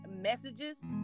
messages